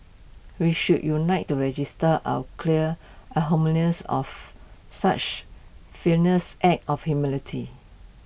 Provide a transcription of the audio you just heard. we should unite to register our clear of such failures act of humanity